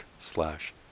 slash